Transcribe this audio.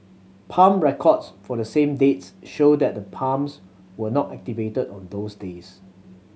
pump records for the same dates show that the pumps were not activated on those days